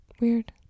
Weird